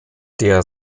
der